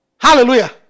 Hallelujah